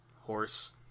horse